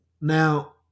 Now